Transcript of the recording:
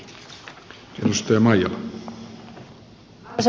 arvoisa puhemies